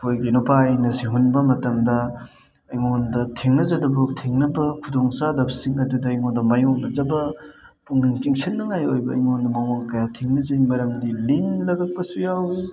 ꯑꯩꯈꯣꯏꯒꯤ ꯅꯨꯄꯥ ꯏꯟ ꯑꯁꯤ ꯍꯨꯟꯕ ꯃꯇꯝꯗ ꯑꯩꯉꯣꯟꯗ ꯊꯦꯒꯅꯖꯗꯕ ꯊꯦꯡꯅꯕ ꯈꯨꯗꯣꯡ ꯆꯥꯗꯕꯁꯤꯡ ꯑꯗꯨꯗ ꯑꯩꯉꯣꯟꯗ ꯃꯥꯏꯌꯣꯛ ꯅꯖꯕ ꯄꯨꯛꯅꯤꯡ ꯆꯤꯡꯁꯤꯟꯅꯤꯡꯉꯥꯏ ꯑꯣꯏꯕ ꯑꯩꯉꯣꯟ ꯃꯑꯣꯡ ꯀꯌꯥ ꯊꯦꯡꯅꯖꯩ ꯃꯔꯝꯗꯤ ꯂꯤꯟ ꯂꯛꯂꯛꯄꯁꯨ ꯌꯥꯎꯋꯤ